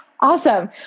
Awesome